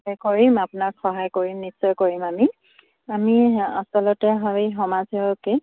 কৰিম আপোনাক সহায় কৰিম নিশ্চয় কৰিম আমি আমি আচলতে হয়